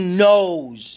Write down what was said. knows